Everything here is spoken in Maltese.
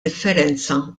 differenza